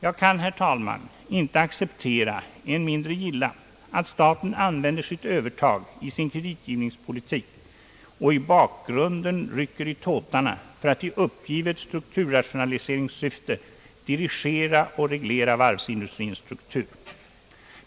Jag kan, herr talman, inte acceptera och än mindre gilla, att staten använder sitt övertag i sin kreditgivningspolitik och i bakgrunden rycker i tåtarna för att i uppgivet strukturrationaliseringssyfte dirigera och reglera varvsindustrins struktur.